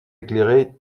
éclairé